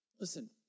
Listen